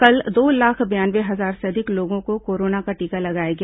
कल दो लाख बयानवे हजार से अधिक लोगों को कोरोना का टीका लगाया गया